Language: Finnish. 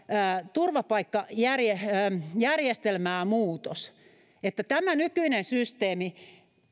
turvapaikkajärjestelmään muutos tämä nykyinen systeemi